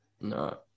no